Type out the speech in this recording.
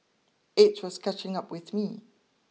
age was catching up with me